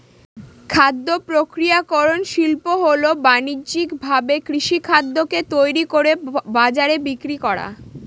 খাদ্য প্রক্রিয়াকরন শিল্প হল বানিজ্যিকভাবে কৃষিখাদ্যকে তৈরি করে বাজারে বিক্রি করা